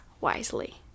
wisely